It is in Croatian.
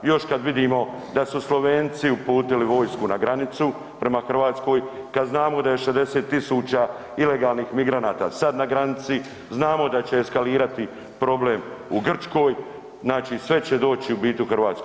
Još kad vidimo da su Slovenci uputili vojsku na granicu prema Hrvatskoj, kad znamo da je 60 tisuća ilegalnih migranata sad na granici, znamo da će eskalirati problem u Grčkoj, znači sve će doći, u biti u Hrvatsku.